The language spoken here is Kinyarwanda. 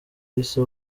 yise